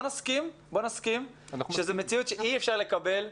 בוא נסכים שזאת מציאות שאי אפשר לקבל אותה.